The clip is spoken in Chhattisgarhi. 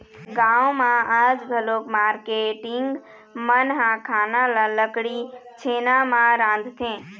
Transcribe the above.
गाँव म आज घलोक मारकेटिंग मन ह खाना ल लकड़ी, छेना म रांधथे